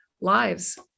lives